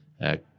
Act